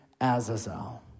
Azazel